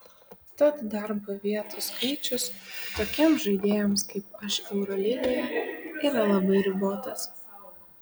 tad darbo vietų skaičius tokiems žaidėjams kaip aš eurolygoje yra labai ribotas